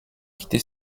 quitter